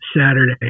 Saturday